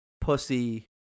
Pussy